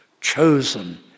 chosen